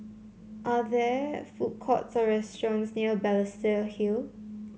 are there food courts or restaurants near Balestier Hill